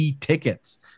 tickets